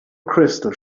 crystal